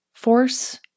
force